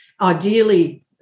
Ideally